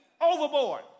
overboard